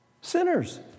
Sinners